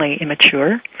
immature